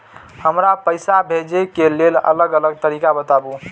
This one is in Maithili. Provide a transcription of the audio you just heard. हमरा पैसा भेजै के लेल अलग अलग तरीका बताबु?